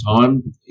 time